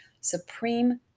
supreme